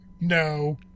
No